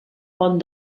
font